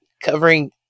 covering